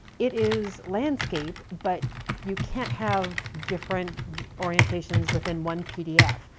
it is landscape. but you can't have different orientations within one pdf.